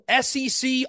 SEC